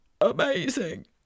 Amazing